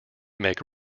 make